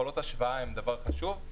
יכולות השוואה הן דבר חשוב.